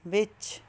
ਵਿੱਚ